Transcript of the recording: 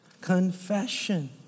confession